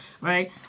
right